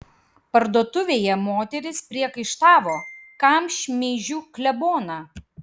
parduotuvėje moterys priekaištavo kam šmeižiu kleboną